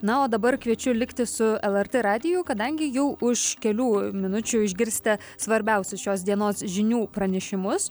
na o dabar kviečiu likti su lrt radiju kadangi jau už kelių minučių išgirsite svarbiausius šios dienos žinių pranešimus